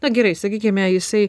na gerai sakykime jisai